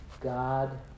God